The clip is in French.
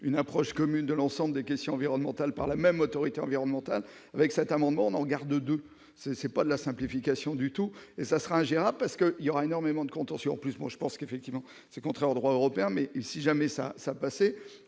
une approche commune de l'ensemble des questions environnementales, par la même autorité environnementale avec cet amendement on en garde 2 c'est c'est pas la simplification du tout et ça sera ingérable parce que il y aura énormément de contention plus moi je pense qu'effectivement c'est contraire au droit européen, mais si jamais ça ça passé